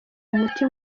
muti